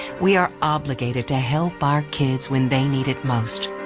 we are obligated to help our kids when they need it most.